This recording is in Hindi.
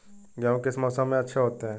गेहूँ किस मौसम में अच्छे होते हैं?